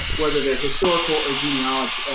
whether they're historical or genealogy,